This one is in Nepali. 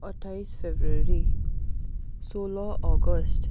अट्ठाइस फब्रुअरी सोह्र अगस्ट